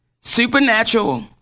Supernatural